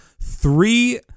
three